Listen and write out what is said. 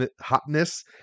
hotness